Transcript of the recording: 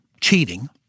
cheating